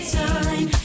time